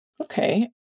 Okay